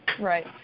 Right